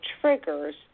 triggers